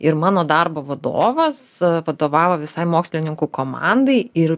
ir mano darbo vadovas vadovavo visai mokslininkų komandai ir